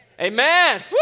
Amen